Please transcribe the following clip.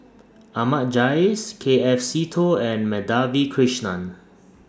Ahmad Jais K F Seetoh and Madhavi Krishnan